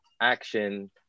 action